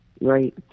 Right